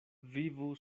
vivu